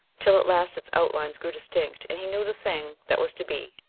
till at last its outlines grew distinct and he knew the thing that was to be,